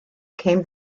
came